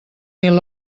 mil